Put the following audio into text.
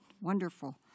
wonderful